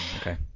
Okay